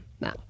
no